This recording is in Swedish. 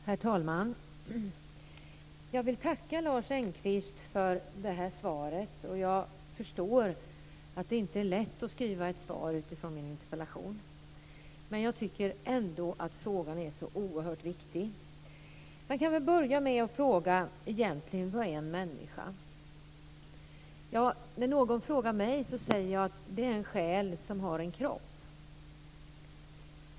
Herr talman! Jag vill tacka Lars Engqvist för det här svaret. Jag förstår att det inte är lätt att skriva ett svar utifrån min interpellation, men jag tycker ändå att frågan är så oerhört viktig. Låt mig börja med att fråga: Vad är en människa? När någon frågar mig säger jag att det är en själ som har en kropp.